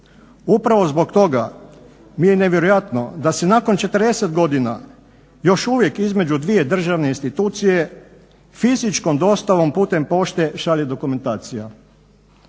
Upravo zbog toga mi je nevjerojatno da se nakon 40 godina još uvijek između dvije državne institucije fizičkom dostavom putem pošte šalje dokumentacija.